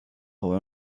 heu